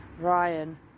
Ryan